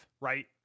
right